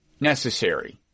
necessary